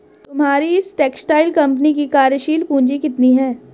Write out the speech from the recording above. तुम्हारी इस textile company की कार्यशील पूंजी कितनी है?